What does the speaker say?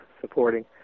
supporting